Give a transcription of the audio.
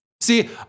See